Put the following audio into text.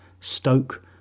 Stoke